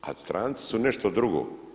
A stranci su nešto drugo.